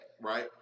right